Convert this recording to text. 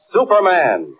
Superman